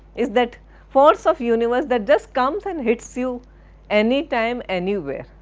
is that force of universe that just comes and hits you anytime, anywhere.